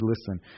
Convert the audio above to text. listen